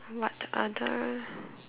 what other